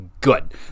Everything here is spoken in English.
good